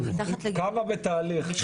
כמה נמצאות בתהליך?